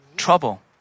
trouble